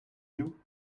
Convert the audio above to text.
you